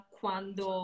quando